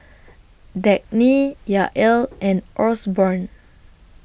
Dagny Yael and Osborne